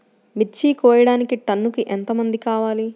మిర్చి కోయడానికి టన్నుకి ఎంత మంది కావాలి?